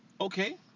Okay